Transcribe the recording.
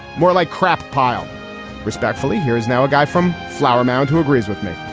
more like crap pile respectfully. here is now a guy from flower mound who agrees with me.